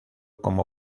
como